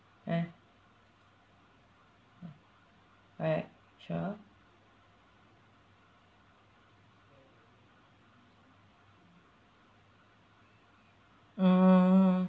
!huh! what shop mm